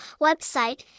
website